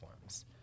forms